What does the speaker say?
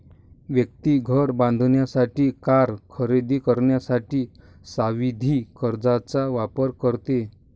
व्यक्ती घर बांधण्यासाठी, कार खरेदी करण्यासाठी सावधि कर्जचा वापर करते